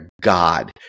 god